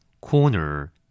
corner